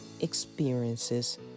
experiences